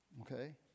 Okay